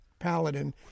paladin